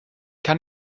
kann